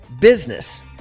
business